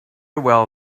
well